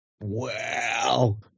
Wow